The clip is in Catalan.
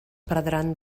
perdran